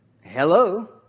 Hello